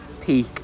peak